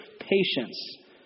patience